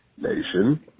Nation